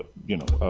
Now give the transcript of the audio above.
you know,